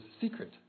Secret